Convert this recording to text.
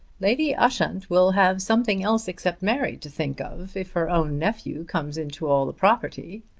lady ushant will have something else except mary to think of, if her own nephew comes into all the property.